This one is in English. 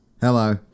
Hello